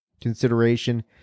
consideration